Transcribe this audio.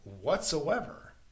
whatsoever